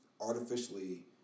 artificially